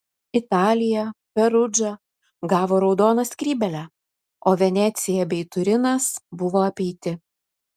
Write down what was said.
italija perudža gavo raudoną skrybėlę o venecija bei turinas buvo apeiti